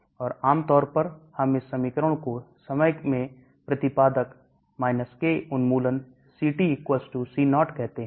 और आमतौर पर हम इस समीकरण को समय में प्रतिपादक K उन्मूलन Ct C0 कहते हैं